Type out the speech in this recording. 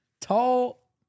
tall